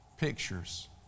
pictures